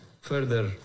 further